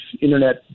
internet